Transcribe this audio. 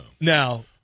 Now